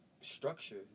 structure